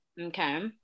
Okay